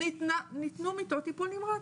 ניתנו מיטות טיפול נמרץ,